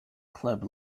club